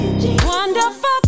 Wonderful